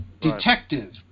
detective